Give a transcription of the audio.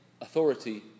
authority